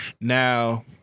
Now